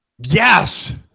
Yes